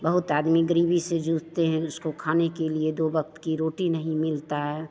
बहुत आदमी गरीबी से जूझते हैं उनको खाने के लिए दो वक्त की रोटी नहीं मिलती है